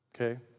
Okay